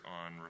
on